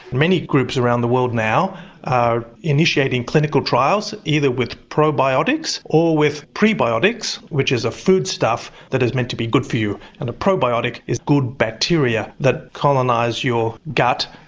many groups around the world now are initiating clinical trials either with probiotics or with prebiotics, which is a food stuff that is is meant to be good for you, and a probiotic is good bacteria that colonise your gut.